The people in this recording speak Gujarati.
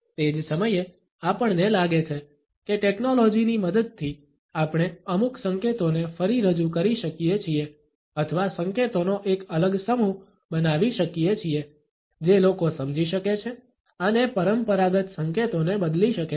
તે જ સમયે આપણને લાગે છે કે ટેકનોલોજીની મદદથી આપણે અમુક સંકેતોને ફરી રજૂ કરી શકીએ છીએ અથવા સંકેતોનો એક અલગ સમૂહ બનાવી શકીએ છીએ જે લોકો સમજી શકે છે અને પરંપરાગત સંકેતોને બદલી શકે છે